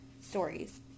stories